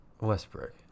Westbrook